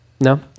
No